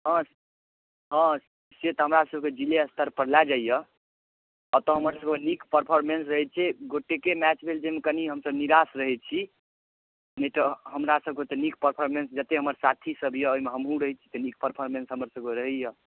हँ हँ से तऽ हमरा सबके जिले स्तर पर लए जाइया अतऽ हमर सबहक नीक परफोरमेन्स रहै छै गोटेके मैच भेल जाहिमे कनी हमसब निरास रहै छी नहि तऽ हमरा सबके तऽ नीक परफोरमेन्स जत्ते हमर साथी सब यऽ ओहिमे हमहूँ रहै छी तऽ नीक परफोरमेन्स हमर सबके रहैया